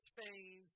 Spain